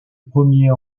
premier